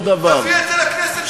תביא את זה לכנסת, נראה אותך.